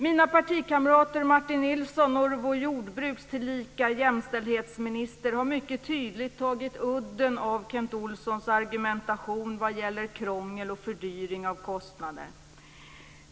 Mina partikamrater - Martin Nilsson och vår jordbruksminister, tillika jämställdhetsminister - har mycket tydligt tagit udden av Kent Olssons argumentation vad gäller krångel, fördyring och kostnader.